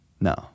No